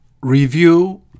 Review